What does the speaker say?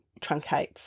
truncates